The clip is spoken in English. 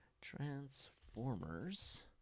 Transformers